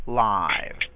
live